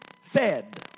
fed